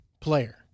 player